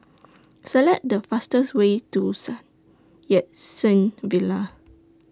Select The fastest Way to Sun Yat Sen Villa